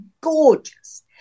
gorgeous